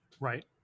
right